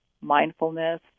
mindfulness